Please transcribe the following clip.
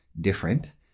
different